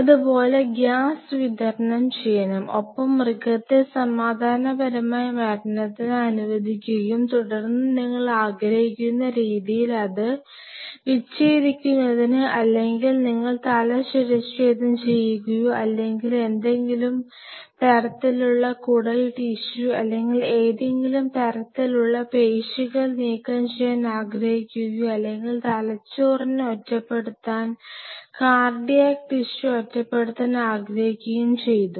ഇതുപോലെ ഗ്യാസ് വിതരണം ചെയ്യണം ഒപ്പം മൃഗത്തെ സമാധാനപരമായ മരണത്തിന് അനുവദിക്കുകയും തുടർന്ന് നിങ്ങൾ ആഗ്രഹിക്കുന്ന രീതിയിൽ അത് വിച്ഛേദിക്കുന്നതിന് അല്ലെങ്കിൽ നിങ്ങൾ തല ശിരഛേദം ചെയ്യുകയോ അല്ലെങ്കിൽ ഏതെങ്കിലും തരത്തിലുള്ള കുടൽ ടിഷ്യു അല്ലെങ്കിൽ ഏതെങ്കിലും തരത്തിലുള്ള പേശികൾ നീക്കംചെയ്യാൻ ആഗ്രഹിക്കുകയോ അല്ലെങ്കിൽ തലച്ചോറിനെ ഒറ്റപ്പെടുത്താൻ കാർഡിയാക് ടിഷ്യു ഒറ്റപ്പെടുത്താൻ ആഗ്രഹിക്കുകയും ചെയ്തു